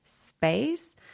space